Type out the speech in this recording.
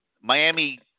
Miami